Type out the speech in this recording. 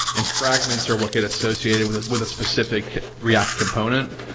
and fragments are what get associated with with a specific react component.